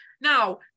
Now